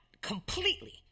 completely